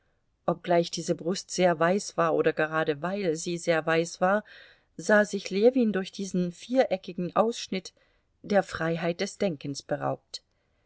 obgleich diese brust sehr weiß war oder gerade weil sie sehr weiß war sah sich ljewin durch diesen viereckigen ausschnitt der freiheit des denkens beraubt